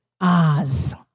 Oz